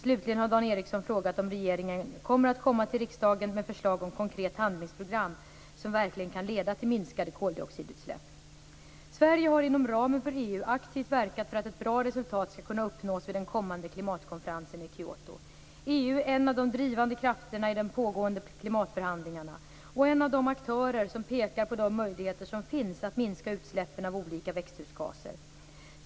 Slutligen har Dan Ericsson frågat om regeringen kommer att lägga fram förslag till riksdagen om ett konkret handlingsprogram som verkligen kan leda till minskade koldioxidutsläpp. Sverige har inom ramen för EU aktivt verkat för att ett bra resultat skall kunna uppnås vid den kommande klimatkonferensen i Kyoto. EU är en av de drivande krafterna i de pågående klimatförhandlingarna och en av de aktörer som pekar på de möjligheter som finns att minska utsläppen av olika växthusgaser.